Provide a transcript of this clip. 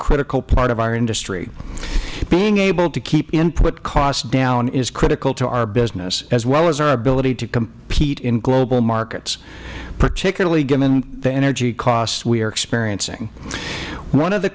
critical part of our industry being able to keep input costs down is critical to our business as well as our ability to compete in global markets particularly given the energy costs we are experiencing one of the